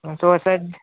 society